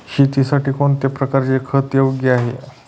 शेतीसाठी कोणत्या प्रकारचे खत योग्य आहे?